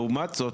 לעומת זאת,